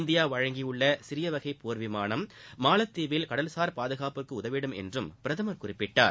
India வழங்கியுள்ள சிறியவகை போர்விமானம் மாலத்தீவில் கடல்சார் பாதுகாப்புக்கு உதவிடும் என்றும் பிரதமர் குறிப்பிட்டார்